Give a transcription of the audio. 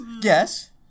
Yes